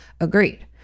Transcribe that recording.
agreed